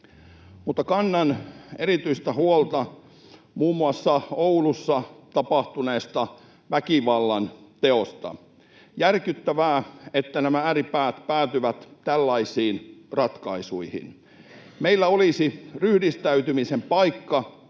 Kannan erityistä huolta muun muassa Oulussa tapahtuneesta väkivallanteosta. On järkyttävää, että nämä ääripäät päätyvät tällaisiin ratkaisuihin. Meillä olisi ryhdistäytymisen paikka